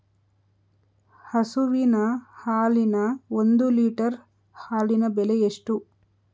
ಹಸುವಿನ ಹಾಲಿನ ಒಂದು ಲೀಟರ್ ಹಾಲಿನ ಬೆಲೆ ಎಷ್ಟು?